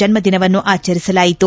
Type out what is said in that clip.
ಜನ್ನದಿನವನ್ನು ಆಚರಿಸಲಾಯಿತು